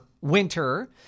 winter